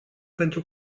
pentru